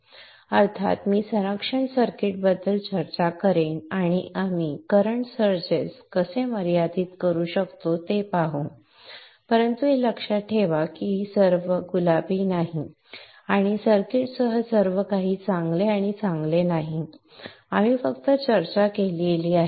अर्थात मी संरक्षण सर्किट्सबद्दल चर्चा करेन आणि आपण करंट सर्जे कसे मर्यादित करतो ते पाहू परंतु हे लक्षात ठेवा की सर्व काही गुलाबी नाही आणि सर्किटसह सर्व काही चांगले आणि चांगले नाही आपण फक्त चर्चा केली आहे